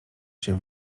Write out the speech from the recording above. się